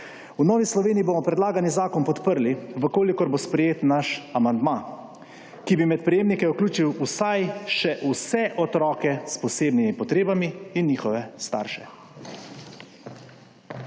V Novi Sloveniji bomo predlagani zakon podprli, v kolikor bo sprejet naš amandma, ki bi med prejemnike vključil vsaj še vse otroke s posebnimi potrebami in njihove starše.